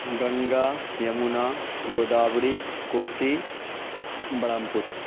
Ganga Yamuna Godavari Kosi Brahmaputra